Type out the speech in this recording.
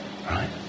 Right